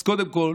אז קודם כול